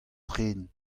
tren